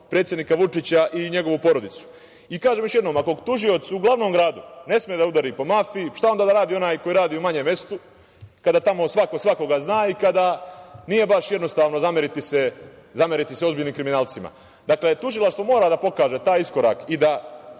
predsednika Vučića i njegovu porodicu. Kažem još jednom, ako tužilac u glavnom gradu ne sme da udari po mafiji, šta onda da radi onaj u manjem mestu kada tamo svako svakako zna i kada nije baš jednostavno zameriti se ozbiljnim kriminalcima? Dakle, tužilaštvo mora da pokaže taj iskorak i da